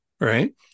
right